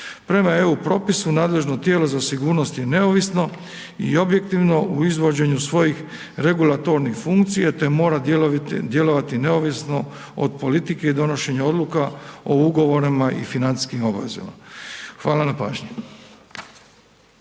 Prema EU propisu nadležno tijelo za sigurnost je neovisno i objektivno u izvođenju svojih regulatornih funkcija, te mora djelovati neovisno od politike i donošenja odluka o ugovorima i financijskim obvezama. Hvala na pažnji.